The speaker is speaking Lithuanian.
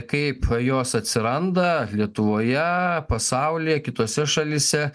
kaip jos atsiranda lietuvoje pasaulyje kitose šalyse